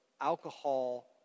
alcohol